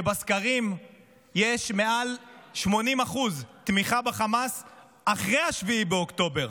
שבסקרים יש מעל 80% תמיכה בחמאס אחרי 7 באוקטובר.